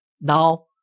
now